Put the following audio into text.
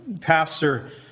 Pastor